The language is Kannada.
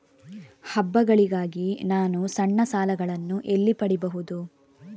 ಹಬ್ಬಗಳಿಗಾಗಿ ನಾನು ಸಣ್ಣ ಸಾಲಗಳನ್ನು ಎಲ್ಲಿ ಪಡಿಬಹುದು?